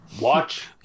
watch